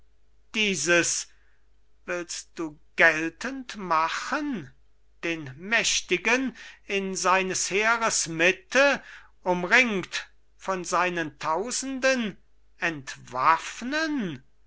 dieses willst du geltendmachen den mächtigen in seines heeres mitte umringt von seinen tausenden entwaffnen